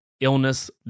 illness